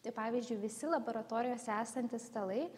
tai pavyzdžiui visi laboratorijose esantys stalai